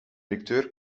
directeur